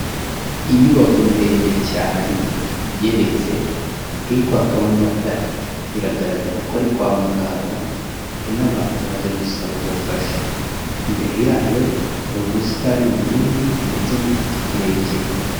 Inyubako ndende cyane igeretse, iri kwakamo amatara. Biragaragara ko ari kwa muganga, hari n'abantu baje gusaba ubufasha. Imbere yayo hari ubusitani bunini ndetse n'igiti kirekire.